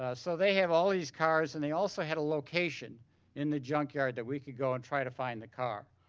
ah so they have all these cars and they also had a location in the junkyard that we could go and try to find the car.